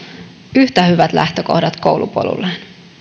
yhtä hyvät lähtökohdat koulupolulleen